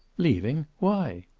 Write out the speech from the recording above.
leaving! why?